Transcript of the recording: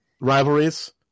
rivalries